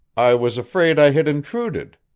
i was afraid i had intruded,